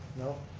no,